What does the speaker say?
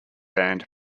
band